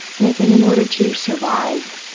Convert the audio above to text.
and i think in order to survive,